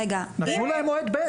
נתנו להם מועד ב'.